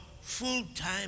full-time